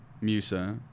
Musa